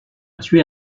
tué